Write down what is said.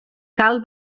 cal